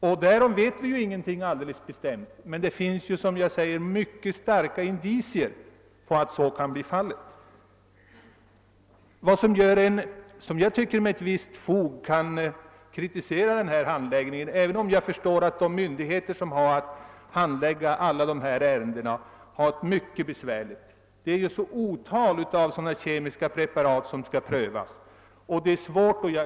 Om detta vet vi som sagt inget bestämt, men mycket starka indicier tyder på att så kan bli fallet. De finns en omständighet som gör att man med visst fog kan kritisera handläggningen av frågan. Jag säger detta, även om jag förstår att de myndigheter som behandlar ärenden av detta slag har en mycket besvärlig uppgift. Det är ju ett otal kemiska preparat som skall prövas.